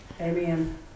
Amen